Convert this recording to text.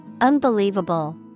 Unbelievable